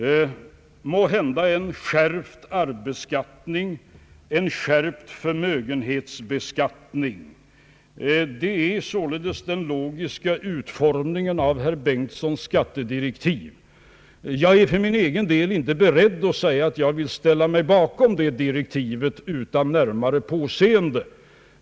Måhända kan man också tänka sig en skärpt arvsbeskattning eller en skärpt förmögenhetsbeskattning. Detta är den logiska utformningen av herr Bengtsons direktiv till en skatteutredning. Jag är för min egen del inte beredd att säga att jag vill ställa mig bakom ett sådant direktiv utan närmare påseende.